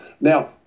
Now